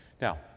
Now